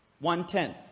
one-tenth